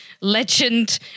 legend